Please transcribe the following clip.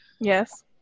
Yes